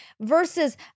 versus